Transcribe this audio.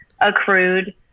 accrued